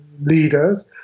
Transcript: leaders